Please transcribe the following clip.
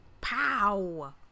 Pow